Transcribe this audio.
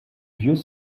vieux